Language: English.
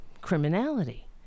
criminality